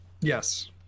yes